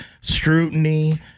scrutiny